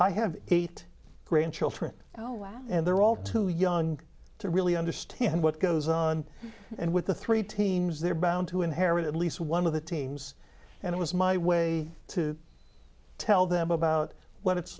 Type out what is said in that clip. i have eight grandchildren now last and they're all too young to really understand what goes on and with the three teams they're bound to inherit at least one of the teams and it was my way to tell them about what it's